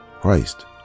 Christ